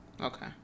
Okay